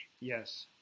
Yes